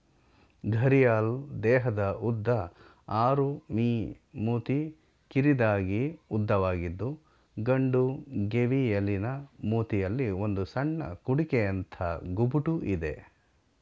ಘರಿಯಾಲ್ ದೇಹದ ಉದ್ದ ಆರು ಮೀ ಮೂತಿ ಕಿರಿದಾಗಿ ಉದ್ದವಾಗಿದ್ದು ಗಂಡು ಗೇವಿಯಲಿನ ಮೂತಿಯಲ್ಲಿ ಒಂದು ಸಣ್ಣ ಕುಡಿಕೆಯಂಥ ಗುಬುಟು ಇದೆ